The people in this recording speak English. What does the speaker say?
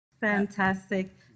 Fantastic